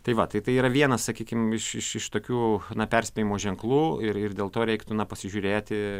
tai va tai tai yra vienas sakykim iš iš iš tokių na perspėjimo ženklų ir ir dėl to reiktų na pasižiūrėti